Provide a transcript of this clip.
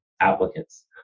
applicants